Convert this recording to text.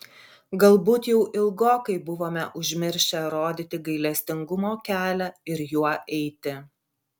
galbūt jau ilgokai buvome užmiršę rodyti gailestingumo kelią ir juo eiti